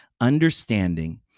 understanding